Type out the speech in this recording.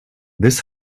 this